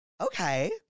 Okay